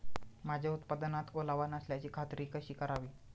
माझ्या उत्पादनात ओलावा नसल्याची खात्री कशी करावी?